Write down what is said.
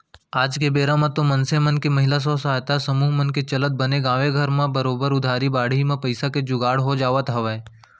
आज के बेरा म तो मनसे मन के महिला स्व सहायता समूह मन के चलत बने गाँवे घर म बरोबर उधारी बाड़ही म पइसा के जुगाड़ हो जावत हवय